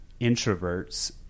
introverts